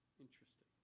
Interesting